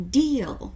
deal